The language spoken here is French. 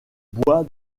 bois